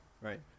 right